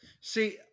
See